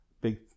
big